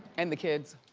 and the kids.